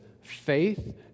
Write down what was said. faith